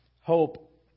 hope